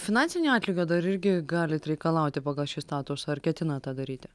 finansinio atlygio dar irgi galit reikalauti pagal šį statusą ar ketinat tą daryti